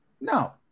No